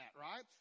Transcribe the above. right